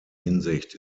hinsicht